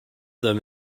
them